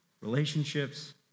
relationships